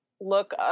look